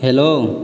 hello